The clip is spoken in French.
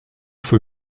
feu